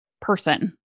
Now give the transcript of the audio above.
person